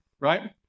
right